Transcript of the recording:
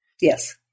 Yes